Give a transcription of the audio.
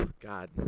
god